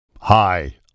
hi